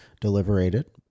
deliberated